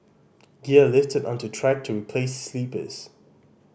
gear lifted unto track to replace sleepers